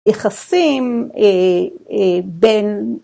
‫היחסים בין...